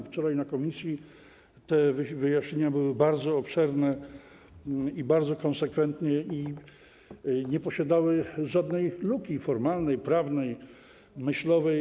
Wczoraj w komisji te wyjaśnienia były bardzo obszerne i bardzo konsekwentne i nie miały żadnej luki formalnej, prawnej, myślowej.